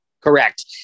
Correct